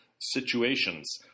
situations